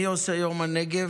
מי עושה "יום הנגב"?